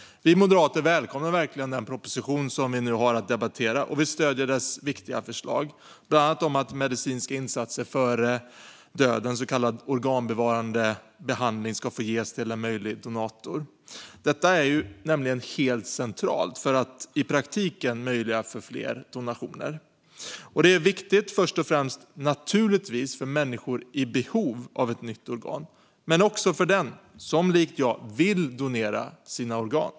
Vi moderater välkomnar verkligen den proposition som vi nu har att debattera och stöder dess viktiga förslag, bland annat att medicinska insatser före döden, så kallad organbevarande behandling, ska få ges till en möjlig donator. Detta är nämligen helt centralt för att i praktiken möjliggöra fler donationer. Detta är naturligtvis viktigt först och främst för människor i behov av ett nytt organ men också för den som, liksom jag, vill donera sina organ.